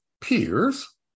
peers